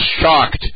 shocked